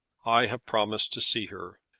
i have promised to see her.